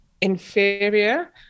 inferior